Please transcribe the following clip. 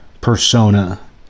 persona